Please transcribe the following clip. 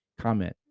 comment